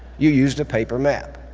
you used a paper map,